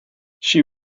she